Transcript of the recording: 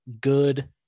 good